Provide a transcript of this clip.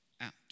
out